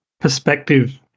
perspective